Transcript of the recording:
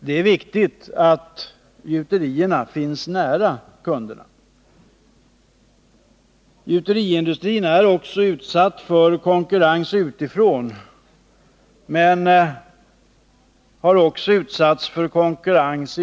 Det är viktigt att gjuterierna finns nära kunderna. Gjuteriindustrin är utsatt för konkurrens utifrån, men också nya material konkurrerar.